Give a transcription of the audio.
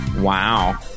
Wow